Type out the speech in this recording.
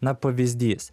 na pavyzdys